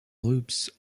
loops